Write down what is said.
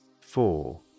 four